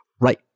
right